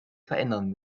verändern